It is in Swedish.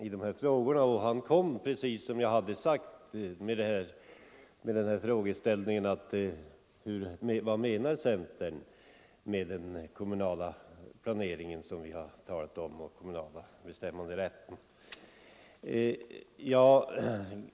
Jordbruksministern ställde precis den fråga som jag hade förutsett: Vad menar centern med den kommunala planering som vi har talat om och den kommunala bestämmanderätten?